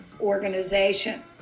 organization